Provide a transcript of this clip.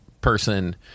person